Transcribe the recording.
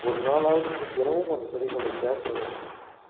ஒரு நாளாவது போய் தினமும் அந்த செடிகளுடன் பேச வேண்டும்